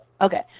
Okay